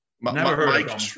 Mike